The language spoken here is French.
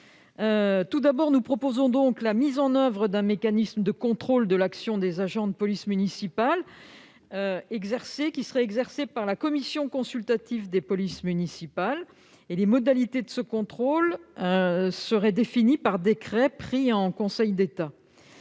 les choses. Nous proposons la mise en oeuvre d'un mécanisme de contrôle de l'action des agents de police municipale, qui serait exercé par la commission consultative des polices municipales (CCPM). Les modalités de ce contrôle seraient définies par décret pris en Conseil d'État.